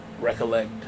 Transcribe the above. recollect